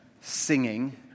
singing